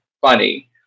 funny